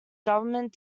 government